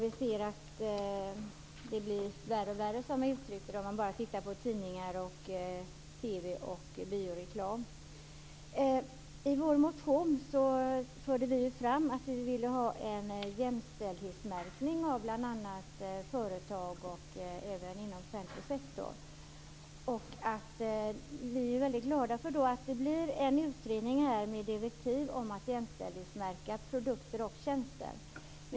Vi ser att den blir värre och värre i tidningar, i Vi förde i vår motion fram att vi vill ha en jämställdhetsmärkning av bl.a. företag och inom offentlig sektor. Vi är väldigt glada för att det blir en utredning med direktiv om att jämställdhetsmärka produkter och tjänster.